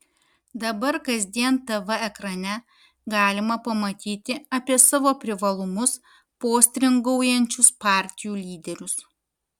dabar kasdien tv ekrane galima pamatyti apie savo privalumus postringaujančius partijų lyderius